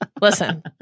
listen